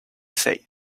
said